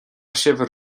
sibh